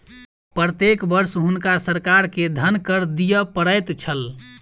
प्रत्येक वर्ष हुनका सरकार के धन कर दिअ पड़ैत छल